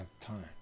time